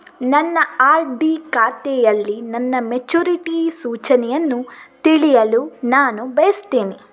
ನನ್ನ ಆರ್.ಡಿ ಖಾತೆಯಲ್ಲಿ ನನ್ನ ಮೆಚುರಿಟಿ ಸೂಚನೆಯನ್ನು ತಿಳಿಯಲು ನಾನು ಬಯಸ್ತೆನೆ